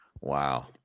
Wow